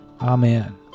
Amen